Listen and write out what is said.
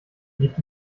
gibt